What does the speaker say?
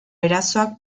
erasoak